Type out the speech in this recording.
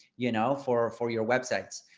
you know, for for your websites.